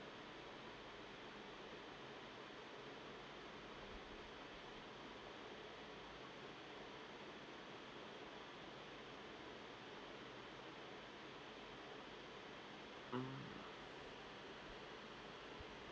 mm